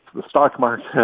the stock market.